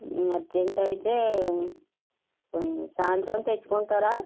urgent అయితే పోనీ సాయంత్రం తెచ్చుకుంటారా